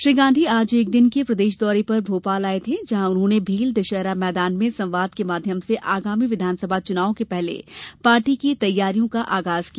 श्री गांधी आज एक दिन के प्रदेश दौरे पर भोपाल आये थे जहां उन्होंने भेल दशहरा मैदान में संवाद के माध्यम से आगामी विधानसभा चुनाव के पहले पार्टी की तैयारियों का आगाज किया